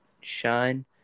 shine